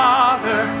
Father